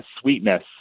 sweetness